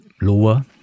lower